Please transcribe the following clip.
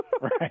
Right